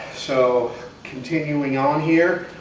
so continuing on here.